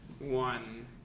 one